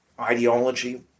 ideology